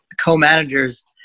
co-managers